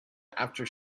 after